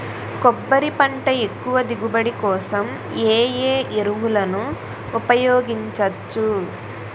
కొబ్బరి పంట ఎక్కువ దిగుబడి కోసం ఏ ఏ ఎరువులను ఉపయోగించచ్చు?